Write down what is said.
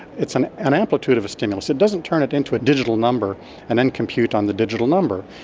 it's an an amplitude of a stimulus. it doesn't turn it into a digital number and then compute on the digital number,